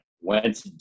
went